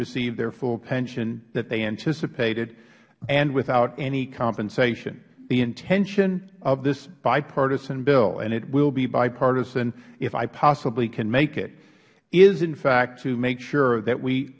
receive their full pension that they anticipated and without any compensation the intention of this bipartisan bill and it will be bipartisan if i possibly can make it is in fact to make sure that we